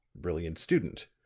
brilliant student.